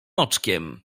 oczkiem